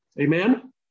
Amen